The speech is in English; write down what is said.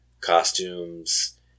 costumes